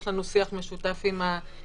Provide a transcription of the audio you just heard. יש לנו שיח משותף עם הבנקים,